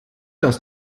dass